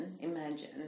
imagine